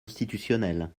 institutionnel